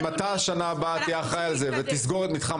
אם אתה בשנה הבאה תהיה אחראי על זה ותסגור את מתחם